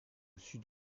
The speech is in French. sud